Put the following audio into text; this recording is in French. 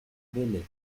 belley